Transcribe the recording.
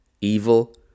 evil